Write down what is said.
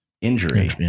injury